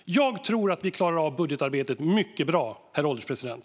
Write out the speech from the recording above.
Jag tror att vi klarar av budgetarbetet mycket bra, herr ålderspresident.